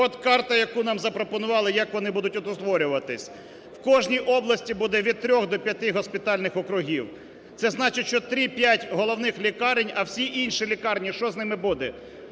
От карта, яку нам запропонували як вони будуть отут створюватись. В кожній області буде від 3 до 5 госпітальних округів. Це значить, що 3-5 головних лікарень, а всі інші лікарні, що з ними буде?